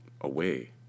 away